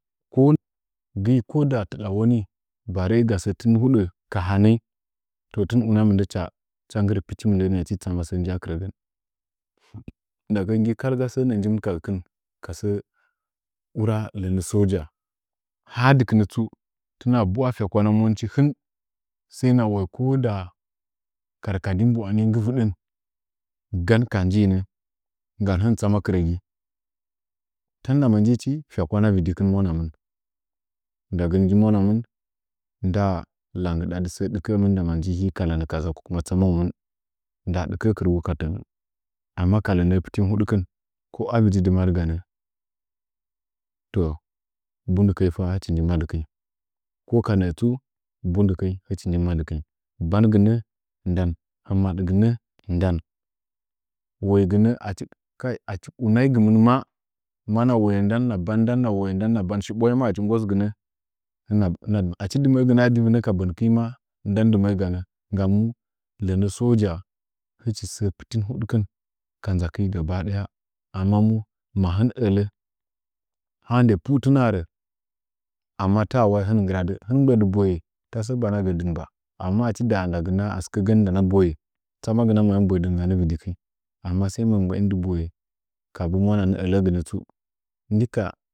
Ko gɨi ko da taɗa woni barɚɚi ga sɚ tɨn huɗɚ ka hanɚnyi to tɨn una mɨndɚ hɨch hɨcha nggɨrɚ pichi mɨndɚ nɚɚ ma tich tsama sɚ nji aki rɚgɚn ndagɚn gi kal ga sɚ nɚɚ nji mɨn ka gɚkɨn ka sɚ ura lɚnɚ soja dɨkɨnɚ tsu tɨna ɓwa fyakwana mouci hɨn sai na woye koda karkadi mba wa ni nggɨ vɨɗɚn gan ka ha nji nɚ gam hɨn mɨ tsama kɨrɚgi tan ndama njichi fyakwana vɨdikɨn mwanamɨn ndagɚn gi mwanamɨn ndaa tangɨɗa dɨ sɚ ɗtkɚmɨn ndama nji ka lenɚ kaɗzang ko kuma tsamanmɨn ndaa ɗɨkɚ kɨrɚgu ndɚngɚn amma ka lɚnɚ pɨtɨn hudkɨn ko a vɨdi dɨmadɨganɚ to bundɨkɚnyi fa hɨchi nji madɨkinyi koka nɚɚ tsu bundɨkɚnyi hɨchi nji madɨkinyi bangɨnɚ ndan maɗgɨnɚ ndan waigɨnɚ achi kai achi unaigɨ mɨn ma mana woye nda hɨna ban shibwain ma achi nggosgɨnɚ hina hina achi dɨmɚɚgɨnɚ a bii vi nɚ ka bɚn kɨnyi ma ndan dɨmɚɚganɚ ka bɚn kɨnyi ma ndan dɨmɚ ganɚ gam mu lɚnɚ soja hɨchi sɚ pɨtin huɗkɨh ka nza kɨnyi gaba daya amma mu mahin ɚlɚ ha nde puu tɨna rɚ amma wai ta hin mɨ nggradɨ hɨn nɨm mgbɚdɨmɨ boye tasɚ sɚ bana gɚ ba amma achi nda ndagɨna sɨkɚgɚn ndana boye tsamagɨnɚ ayam boi dɨn ganɚ vɨdikinyi amma sai ma mgbɚɚin dɨ boye kabu mwana nɚ ɚlɚgɨnɚ tsu nika.